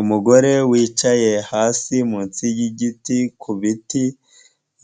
Umugore wicaye hasi munsi y'igiti ku biti,